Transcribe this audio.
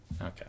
Okay